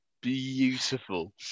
Beautiful